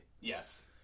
Yes